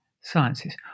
sciences